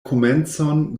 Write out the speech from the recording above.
komencon